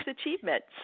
achievements